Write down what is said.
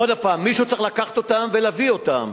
עוד הפעם, מישהו צריך לקחת אותם ולהביא אותם.